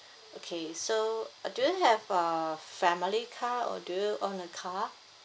okay so uh do you have a family car or do you own a car